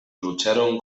lucharon